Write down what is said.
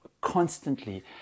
constantly